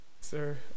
Sir